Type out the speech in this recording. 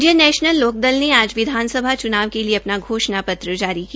Indian National Lokdal ने आज विधानसभा चुनाव के लिए अपना घोषणा पत्र जारी किया